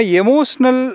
emotional